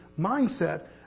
mindset